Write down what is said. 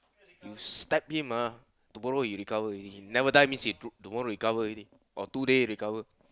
you stabbed him ah tomorrow he recover he he never dies means to~ tomorrow he recover already or two day recover